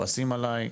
שכועסים עליי.